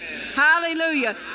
Hallelujah